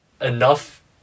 enough